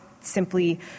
simply